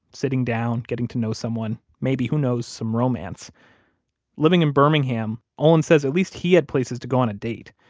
sitting down, getting to know someone, maybe, who knows, some romance living in birmingham, olin says at least he had places to go on a date,